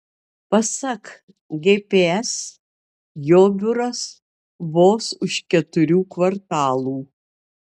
pasak gps jo biuras vos už keturių kvartalų